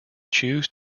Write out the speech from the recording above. choose